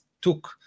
took